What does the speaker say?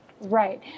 Right